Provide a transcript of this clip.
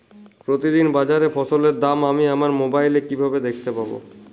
প্রতিদিন বাজারে ফসলের দাম আমি আমার মোবাইলে কিভাবে দেখতে পাব?